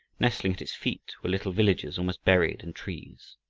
nestling at its feet were little villages almost buried in trees.